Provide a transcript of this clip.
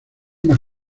mas